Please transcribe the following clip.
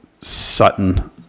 Sutton